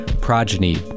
progeny